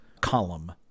column